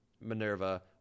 Minerva